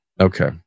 okay